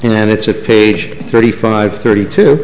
and it's a page thirty five thirty two